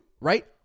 Right